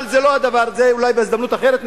אבל זה לא הדבר, על זה אולי נדבר בהזדמנות אחרת.